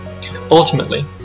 Ultimately